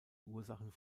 ursachen